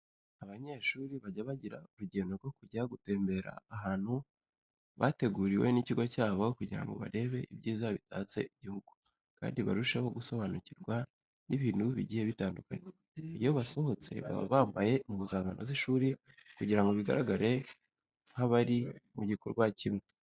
Abanyeshuri bajya bagira urugendo rwo kujya gutemberera ahantu bateguriwe n'ikigo cyabo kugira ngo barebe ibyiza bitatse igihugu kandi barusheho gusobanukirwa n'ibintu bigiye bitandukanye. Iyo basohotse baba bambaye impuzankano z'ishuri kugira ngo bagaragare nk'abari mu gikorwa kimwe.